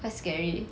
quite scary